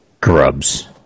Grubs